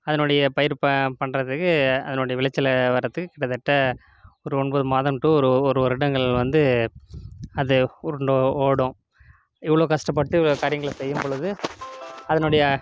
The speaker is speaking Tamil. அதனுடைய பயிர் ப பண்ணுறதுக்கு அதனோடய விளைச்சலை வரத்துக்கு கிட்டத்திட்ட ஒரு ஒன்பது மாதம் டு ஒரு ஒரு வருடங்கள் வந்து அது உருண்டு ஓடும் இவ்வளோ கஷ்டப்பட்டு இவ்வளோ விவசாயங்களை அதனுடைய